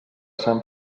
sant